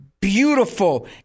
beautiful